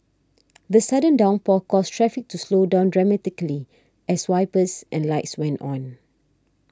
the sudden downpour caused traffic to slow down dramatically as wipers and lights went on